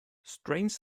strains